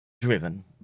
driven